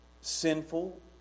sinful